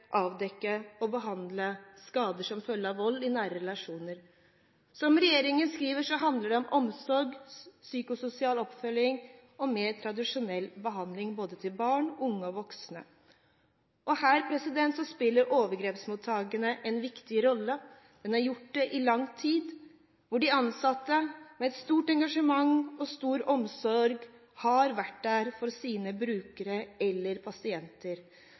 avdekke og behandle skader som følge av vold i nære relasjoner. Som regjeringen skriver, handler det om omsorg, psykososial oppfølging og mer tradisjonell behandling, både til barn, unge og voksne. Her spiller overgrepsmottakene en viktig rolle og har gjort det i lang tid, hvor de ansatte med et stort engasjement og omsorg har vært der for sine brukere eller pasienter.